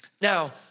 now